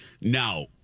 Now